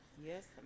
Yes